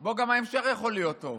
גם ההמשך יכול להיות טוב.